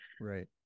Right